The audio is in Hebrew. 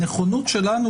הנכונות שלנו